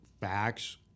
facts